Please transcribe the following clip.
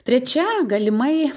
trečia galimai